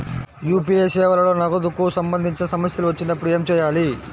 UPI సేవలలో నగదుకు సంబంధించిన సమస్యలు వచ్చినప్పుడు ఏమి చేయాలి?